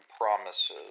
promises